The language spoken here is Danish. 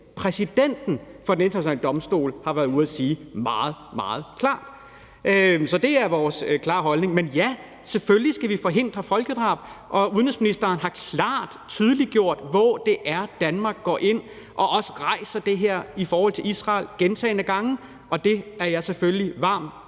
præsidenten for Den Internationale Domstol, der har været ude at sige det her meget, meget klart. Så det er vores klare holdning. Men ja, selvfølgelig skal vi forhindre folkedrab, og udenrigsministeren har gentagne gange klart tydeliggjort, hvor det er, Danmark går ind og rejser det her i forhold til Israel, og det er jeg selvfølgelig varm